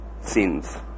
sins